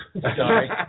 sorry